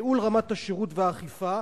ייעול רמת השירות והאכיפה,